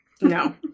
no